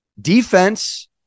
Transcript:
defense